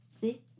See